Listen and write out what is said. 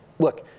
look,